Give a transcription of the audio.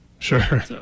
Sure